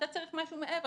אתה צריך משהו מעבר,